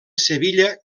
sevilla